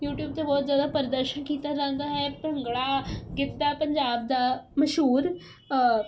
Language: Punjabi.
ਯੂਟੀਊਬ 'ਤੇ ਬਹੁਤ ਜ਼ਿਆਦਾ ਪ੍ਰਦਰਸ਼ਨ ਕੀਤਾ ਜਾਂਦਾ ਹੈ ਭੰਗੜਾ ਗਿੱਧਾ ਪੰਜਾਬ ਦਾ ਮਸ਼ਹੂਰ